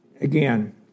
Again